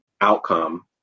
outcome